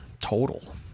total